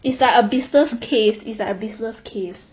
it's like a business case is like a business case